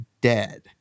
dead